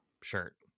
shirt